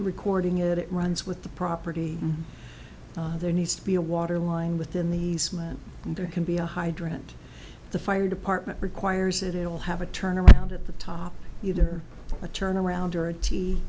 recording it it runs with the property there needs to be a waterline within these men there can be a hydrant the fire department requires it it will have a turnaround at the top you're a turnaround or